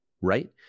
right